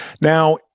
Now